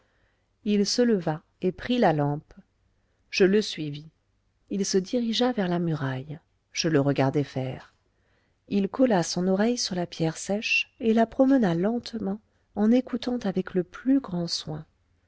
il se leva et prit la lampe je le suivis il se dirigea vers la muraille je le regardai faire il colla son oreille sur la pierre sèche et la promena lentement en écoutant avec le plus grand soin